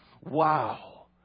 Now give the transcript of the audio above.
Wow